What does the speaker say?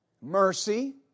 Mercy